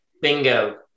bingo